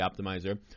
optimizer